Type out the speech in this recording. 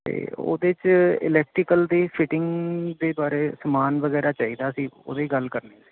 ਤੇ ਉਹਦੇ ਚ ਇਲੈਕਟਰੀਕਲ ਦੀ ਫਿਟਿੰਗ ਦੇ ਬਾਰੇ ਸਮਾਨ ਵਗੈਰਾ ਚਾਹੀਦਾ ਸੀ ਉਹਦੀ ਗੱਲ ਕਰਨੀ ਸੀ